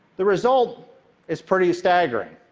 the result is pretty staggering.